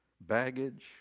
baggage